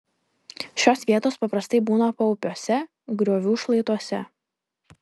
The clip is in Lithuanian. šios vietos paprastai būna paupiuose griovų šlaituose